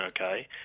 okay